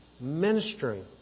Ministering